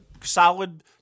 solid